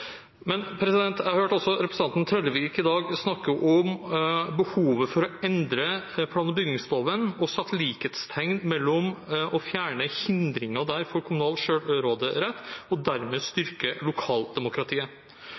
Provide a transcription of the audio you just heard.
Jeg hørte også representanten Trellevik i dag snakke om behovet for å endre plan- og bygningsloven, og han satte likhetstegn mellom å fjerne hindringer der for den kommunale selvråderetten og å styrke lokaldemokratiet.